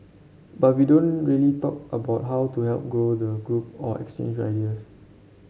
but we don't really talk about how to help grow the group or exchange ideas